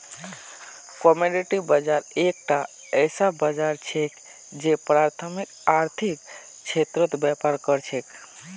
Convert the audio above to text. commodity बाजार एकता ऐसा बाजार छिके जे प्राथमिक आर्थिक क्षेत्रत व्यापार कर छेक